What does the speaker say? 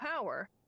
power